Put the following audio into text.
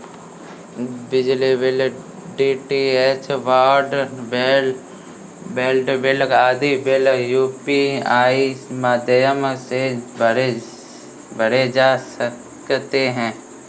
बिजली bill, DTH broadband bill आदि bill UPI माध्यम से भरे जा सकते हैं